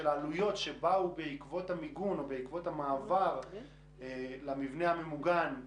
עלויות שיבואו בעקבות המיגון או בעקבות המעבר למבנה הממוגן,